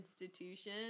institution